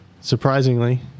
surprisingly